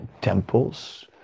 temples